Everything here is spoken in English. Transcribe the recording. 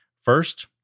First